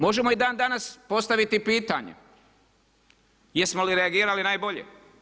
Možemo i dan danas postaviti pitanje jesmo li reagirali najbolje?